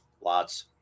Lots